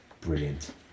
Brilliant